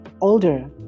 older